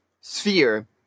sphere